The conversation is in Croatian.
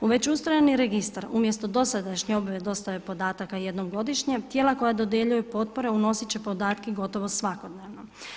U već ustrojeni registar umjesto dosadašnje objave dostave podataka jednom godišnje tijela koja dodjeljuju potpore unositi će podatke gotovo svakodnevno.